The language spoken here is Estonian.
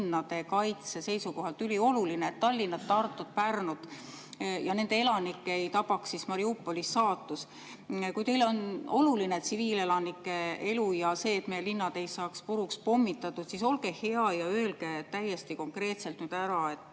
linnade kaitse seisukohalt ülioluline, et Tallinnat, Tartut, Pärnut ja nende elanikke ei tabaks Mariupoli saatus. Kui teile on oluline tsiviilelanike elu ja see, et meie linnad ei saaks puruks pommitatud, siis olge hea ja öelge täiesti konkreetselt,